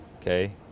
okay